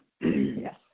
yes